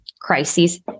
crises